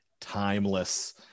Timeless